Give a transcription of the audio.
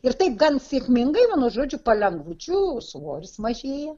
ir taip gan sėkmingai vienu žodžiu palengvučiu svoris mažėja